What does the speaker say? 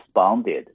responded